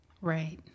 Right